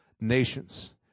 nations